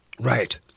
Right